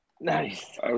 Nice